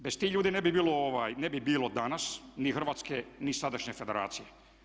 Bez tih ljudi ne bi bilo danas ni Hrvatske ni sadašnje Federacije.